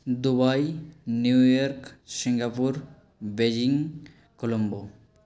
Dubai New York Singapore Beijing Colombo